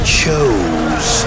chose